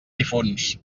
difunts